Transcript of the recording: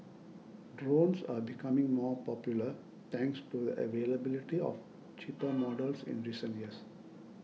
drones are becoming more popular thanks to the availability of cheaper models in recent years